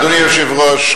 אדוני היושב-ראש,